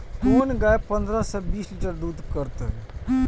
कोन गाय पंद्रह से बीस लीटर दूध करते?